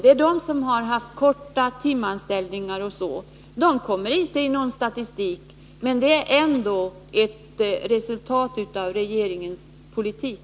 Det är de som har haft korta timanställningar osv., men de kommer inte in i någon statistik. Detta är ändå ett resultat av regeringens politik.